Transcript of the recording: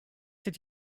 did